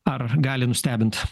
ar gali nustebint